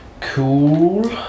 Cool